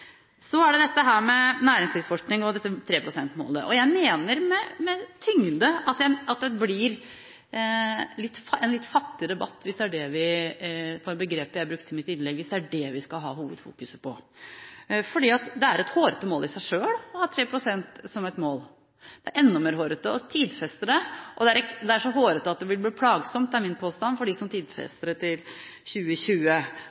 Så er det dette med næringslivsforskning og 3 pst.-målet: Jeg mener med tyngde at det blir en litt fattig debatt – det var begrepet jeg brukte i mitt innlegg – hvis det er det vi skal ha hovedfokus på. Det er et hårete mål i seg selv å ha 3 pst. som et mål, det er enda mer hårete å tidfeste det, og det er så hårete at det vil bli plagsomt, er min påstand, for dem som